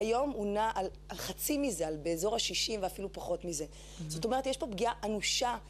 היום הוא נע על חצי מזה, על באזור ה־60 ואפילו פחות מזה. זאת אומרת, יש פה פגיעה אנושה.